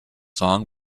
song